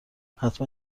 حتما